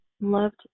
loved